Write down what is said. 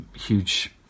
huge